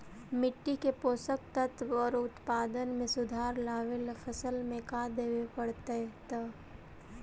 मिट्टी के पोषक तत्त्व और उत्पादन में सुधार लावे ला फसल में का देबे पड़तै तै?